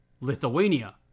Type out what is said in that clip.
Lithuania